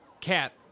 Cat